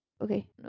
Okay